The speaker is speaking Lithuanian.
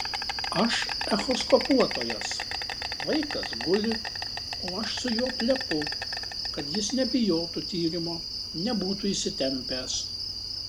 aš echoskopuotojas vaikas guli o aš su juo plepu kad jis nebijotų tyrimo nebūtų įsitempęs